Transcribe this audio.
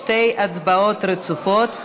שתי הצבעות רצופות.